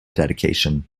dedication